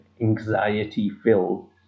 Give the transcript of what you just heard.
anxiety-filled